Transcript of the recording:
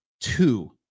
two